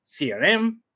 crm